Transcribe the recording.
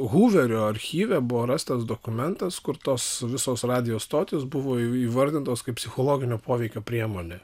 huverio archyve buvo rastas dokumentas kurtos visos radijo stotis buvo įvardintos kaip psichologinio poveikio priemonė